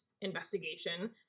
investigation